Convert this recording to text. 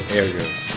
areas